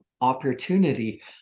opportunity